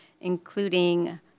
including